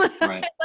right